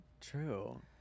True